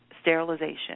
sterilization